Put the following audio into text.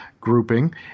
grouping